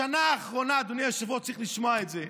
בשנה האחרונה, אדוני היושב-ראש, צריך לשמוע את זה.